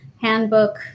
handbook